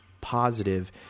positive